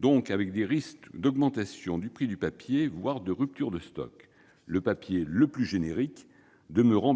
donc avec des risques d'augmentation du prix du papier, voire de rupture de stock, le papier le plus générique demeurant